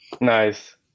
nice